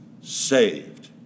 saved